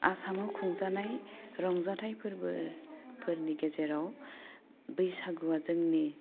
आसामाव खुंजानाय रंजाथाइ फोरबोफोरनि गेजेराव बैसागुवा जोंनि